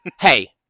Hey